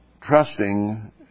trusting